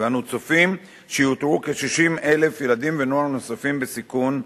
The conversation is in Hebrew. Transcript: ואנו צופים שיאותרו כ-60,000 ילדים ונוער בסיכון נוספים,